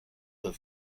the